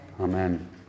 Amen